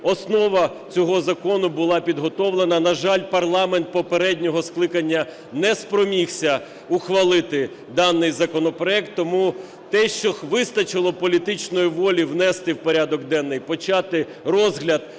основа цього закону була підготовлена. На жаль, парламент попереднього скликання не спромігся ухвалити даний законопроект. Тому те, що вистачило політичної волі внести в порядок денний, почати розгляд